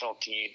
team